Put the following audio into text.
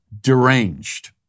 deranged